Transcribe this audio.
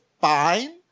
fine